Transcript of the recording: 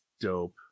dope